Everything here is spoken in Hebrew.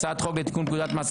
הצעת חוק לתיקון פקודת מס הכנסה.